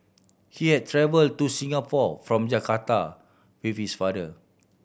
he had travel to Singapore from Jakarta with his father